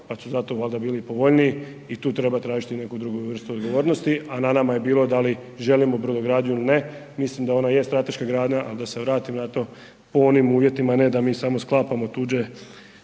pa su zato valjda bili povoljniji i tu treba tražiti neku vrstu odgovornosti. A na nama je bilo da li želimo brodogradnju ili ne, mislim da ona je strateška grana, ali da se vratim na to po onim uvjetima ne da mi samo sklapamo tuđe